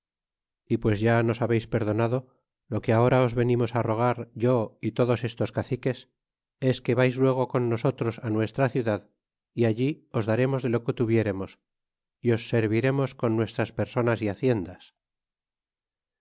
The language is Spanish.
y pues ya nos habeis perdonado lo que ahora os venimos rogar yo y todos estos caciques es que vais luego con nosotros nuestra ciudad y allí os daremos de lo que tuviéremos é os serviremos con nuestras personas y haciendas